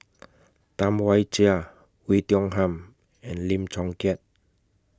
Tam Wai Jia Oei Tiong Ham and Lim Chong Keat